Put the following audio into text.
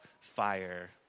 fire